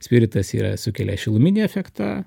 spiritas yra sukelia šiluminį efektą